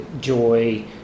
joy